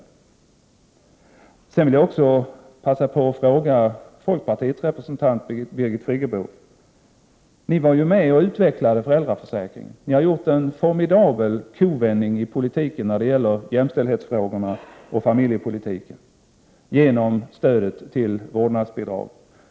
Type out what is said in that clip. Sedan vill jag passa på att vända mig till folkpartiets representant Birgit Friggebo. Ni var ju med och utvecklade föräldraförsäkringen. Men ni har också gjort en formidabel kovändning när det gäller jämställdhetsfrågorna och familjepolitiken genom stödet till vårdnadsbidrag.